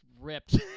ripped